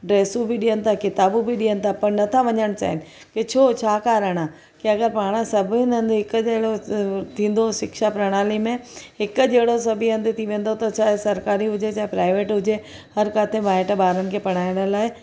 ड्रेसूं बि ॾियनि था किताबूं बि ॾियनि था पर न था वञणु चाहिनि ईअं छो छा कारणु आहे की अगर पाण सभिनि हंधि हिकु जहिड़ो थींदो शिक्षा प्रणाली में हिकु जहिड़ो सभिनि हंधि थी वेंदो त चाहे सरकारी हुजे चाहे प्राइवेट हुजे हर किथे माइट ॿारनि खे पढ़ाइण लाइ